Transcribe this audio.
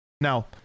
Now